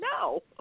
no